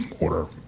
order